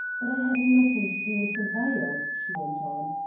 but i had nothing to do with the vial, she went on.